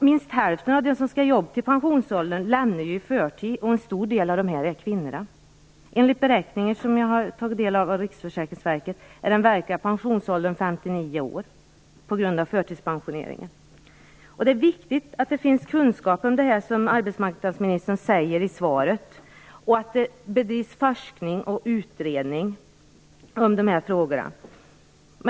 Minst hälften av dem som skall jobba upp till pensionsåldern lämnar arbetet i förtid, och en stor del av dem är kvinnor. Enligt beräkningar av Riksförsäkringsverket som jag har tagit del av är den verkliga pensionsåldern 59 år, på grund av förtidspensioneringen. Det är viktigt att det finns kunskaper om det här, som arbetsmarknadsministern säger i svaret, och att det bedrivs forskning och görs utredningar om de här frågorna.